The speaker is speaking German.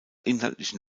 inhaltlichen